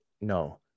no